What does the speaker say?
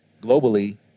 globally